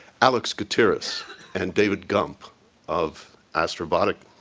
alex gutierrez and david gump of astrobotic.